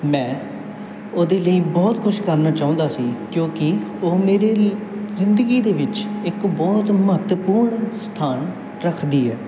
ਮੈਂ ਉਹਦੇ ਲਈ ਬਹੁਤ ਕੁਛ ਕਰਨਾ ਚਾਹੁੰਦਾ ਸੀ ਕਿਉਂਕਿ ਉਹ ਮੇਰੇ ਜ਼ਿੰਦਗੀ ਦੇ ਵਿੱਚ ਇੱਕ ਬਹੁਤ ਮਹੱਤਵਪੂਰਨ ਸਥਾਨ ਰੱਖਦੀ ਹੈ